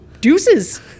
Deuces